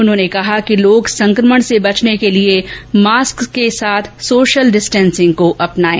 उन्होंने कहा कि लोग संकमण से बचने के लिये मास्क के साथ सोशल डिस्टेन्सिंग को अपनाएं